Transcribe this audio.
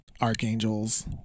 archangels